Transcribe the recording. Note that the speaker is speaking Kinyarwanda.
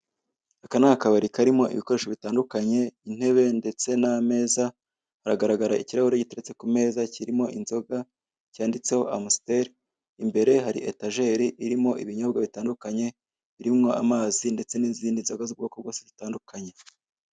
Aka ni akabari karimo ibikoresho bitandukanye intebe ndetse n'ameza haragaragara ikirahure giteretse ku meza kirimo inzoga cyanditseho Amstel imbere hari etajeri irimo ibinyobwa bitandukanye irimo amazi ndetse n'izindi nzoga z'ubwoko zose butandukanye.